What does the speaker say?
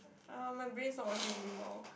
uh my brains not working anymore